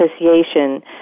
association